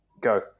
Go